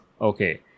Okay